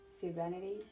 serenity